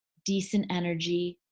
decent energy,